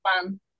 plan